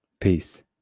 Peace